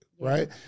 right